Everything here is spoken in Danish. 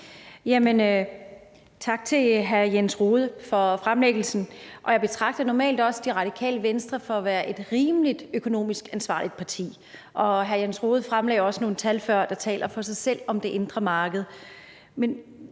tak til hr. Jens Rohde for fremlæggelsen. Jeg betragter normalt også Det Radikale Venstre som et rimelig økonomisk ansvarligt parti, og hr. Jens Rohde fremlagde også nogle tal før om det indre marked,